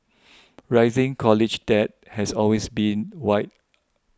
rising college debt has always been wide